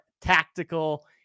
tactical